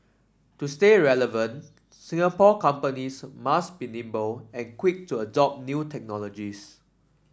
to stay relevant Singapore companies must be nimble and quick to adopt new technologies